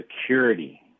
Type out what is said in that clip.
security